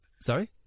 Sorry